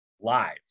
live